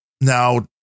now